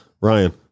Ryan